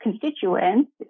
constituents